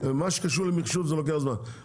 מה שקשור למחשוב לוקח זמן.